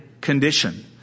condition